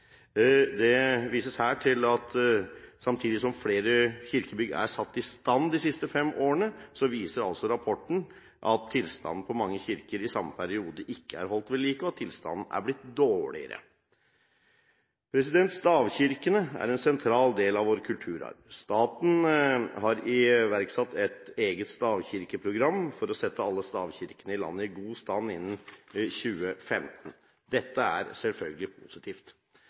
Det vises her til at samtidig som flere kirkebygg er satt i stand de siste fem årene, viser altså rapporten at tilstanden på mange kirker i samme periode ikke er holdt ved like, og at tilstanden har blitt dårligere. Stavkirkene er en sentral del av vår kulturarv. Staten har iverksatt et eget stavkirkeprogram for å sette alle stavkirkene i landet i god stand innen 2015. Dette er selvfølgelig positivt.